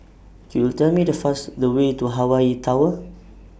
Could YOU Tell Me The First The Way to Hawaii Tower